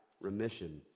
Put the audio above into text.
remission